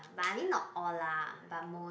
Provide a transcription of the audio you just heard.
but I mean not all lah but most